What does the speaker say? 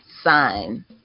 sign